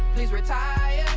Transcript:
please retire.